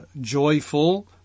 joyful